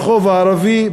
ברחוב הערבי,